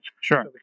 sure